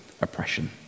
oppression